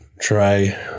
try